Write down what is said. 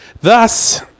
Thus